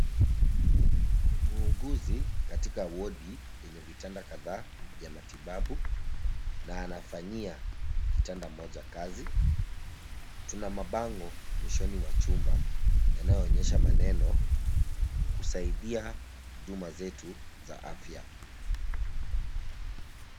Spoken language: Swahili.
Muuguzi katika wodi yenye vitanda kadhaa vya matibabu na anafanyia kitanda moja kazi. Tuna mabango mwishoni mwa chumba yanayoonyesha maneno kusaidia huduma zetu za afya.